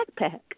backpack